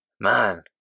Man